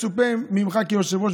מצופה ממך כיושב-ראש,